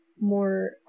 more